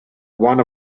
one